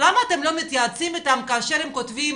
למה אתם לא מתייעצים איתם כאשר הם כותבים,